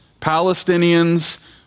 Palestinians